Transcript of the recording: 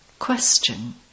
Question